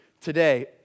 today